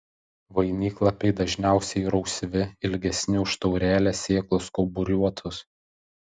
vainiklapiai dažniausiai rausvi ilgesni už taurelę sėklos kauburiuotos